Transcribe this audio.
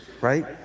right